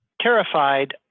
terrified